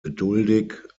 geduldig